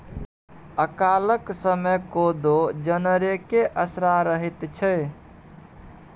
अकालक समय कोदो जनरेके असरा रहैत छै